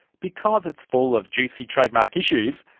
because it's full of juicy trademark issues,